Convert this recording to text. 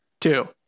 Two